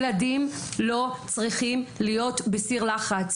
ילדים לא צריכים להיות בסיר לחץ.